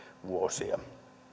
vuosia